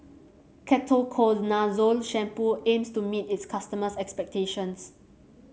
Ketoconazole Shampoo aims to meet its customers' expectations